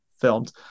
filmed